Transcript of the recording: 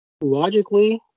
logically